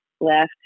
left